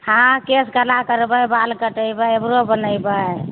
हॅं केस काला करबै बाल कटेबै आइब्रो बनेबै